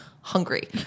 hungry